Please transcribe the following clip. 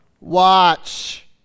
watch